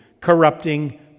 corrupting